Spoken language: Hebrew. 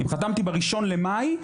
אם חתמתי בראשון למאי,